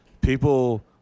people